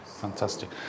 fantastic